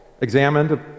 examined